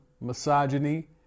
misogyny